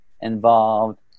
involved